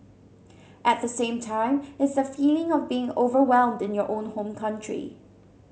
at the same time it's the feeling of being overwhelmed in your own home country